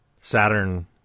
saturn